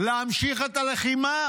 להמשיך את הלחימה